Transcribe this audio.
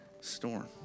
storm